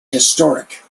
historic